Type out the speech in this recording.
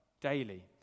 daily